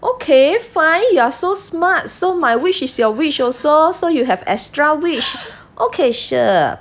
okay fine you're so smart so my wish is your wish also so you have extra wish okay sure